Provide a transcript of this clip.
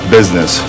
business